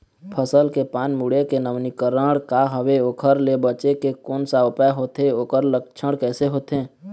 फसल के पान मुड़े के नवीनीकरण का हवे ओकर ले बचे के कोन सा उपाय होथे ओकर लक्षण कैसे होथे?